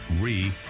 re